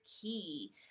key